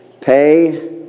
pay